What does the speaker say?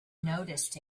noticed